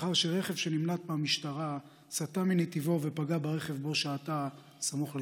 לאחר שרכב שנמלט מהמשטרה סטה מנתיבו ופגע ברכב שבו שהתה סמוך לשעב.